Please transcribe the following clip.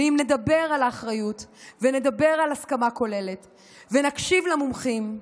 ואם נדבר על האחריות ונדבר על הסכמה כוללת ונקשיב למומחים,